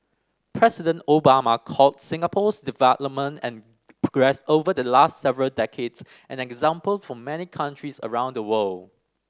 President Obama called Singapore's development and progress over the last several decades an example for many countries around the world